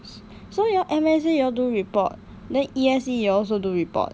so you all M_S_A you all do report then E_S_A you all also do report